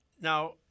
now